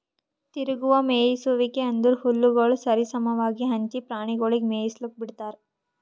ತಿರುಗುವ ಮೇಯಿಸುವಿಕೆ ಅಂದುರ್ ಹುಲ್ಲುಗೊಳ್ ಸರಿ ಸಮವಾಗಿ ಹಂಚಿ ಪ್ರಾಣಿಗೊಳಿಗ್ ಮೇಯಿಸ್ಲುಕ್ ಬಿಡ್ತಾರ್